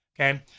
Okay